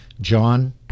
John